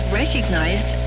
recognized